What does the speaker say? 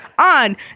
on